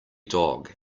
dog